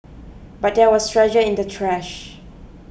but there was treasure in the trash